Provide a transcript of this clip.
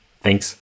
Thanks